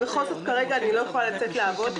בכל זאת כרגע אני לא יכול לצאת לעבוד.